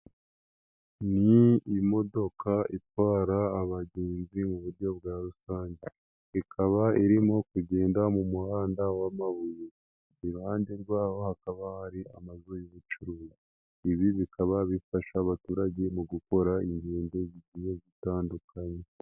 Ni imodoka itwara abagenzi mu buryo bwa rusange, ikaba irimo kugenda mu muhanda w'amabuye, iruhande rwaho hakaba hari amazu y'ubucuruzwa. Ibi bikaba bifasha abaturage mu gukora ingendo zigiye zitandukanye.